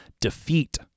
defeat